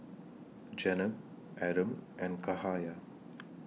Jenab Adam and Cahaya